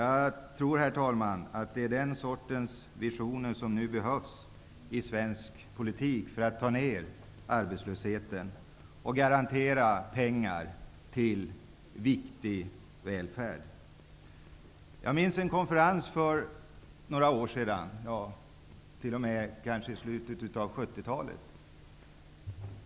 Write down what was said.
Jag tror, herr talman, att det är den sortens visioner som nu behövs i svensk politik för att få ned arbetslösheten och garantera pengar till viktig välfärd. Jag minns en konferens som hölls för några år sedan, kanske i slutet av 70-talet.